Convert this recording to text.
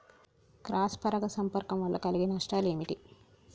Cross పరాగ సంపర్కం వల్ల కలిగే నష్టాలు ఏమిటి?